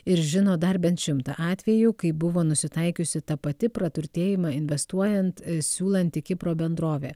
ir žino dar bent šimtą atvejų kai buvo nusitaikiusi ta pati praturtėjimą investuojant siūlanti kipro bendrovė